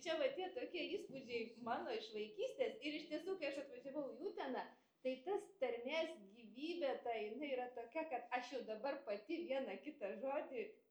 čia va tie tokie įspūdžiai mano iš vaikystės ir iš tiesų kai aš atvažiavau į uteną tai tas tarmės gyvybė ta jinai yra tokia kad aš jau dabar pati vieną kitą žodį